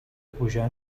pujar